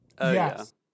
Yes